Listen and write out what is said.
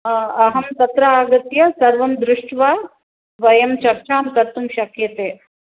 अहं तत्र आगत्य सर्वं दृष्ट्वा वयं चर्चां कर्तुं शक्यते